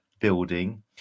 building